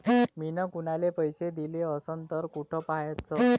मिन कुनाले पैसे दिले असन तर कुठ पाहाचं?